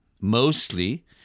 mostly